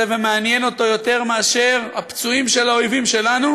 ומעניינים אותו יותר הפצועים של האויבים שלנו.